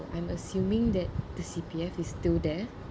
I am assuming that the C_P_F is still there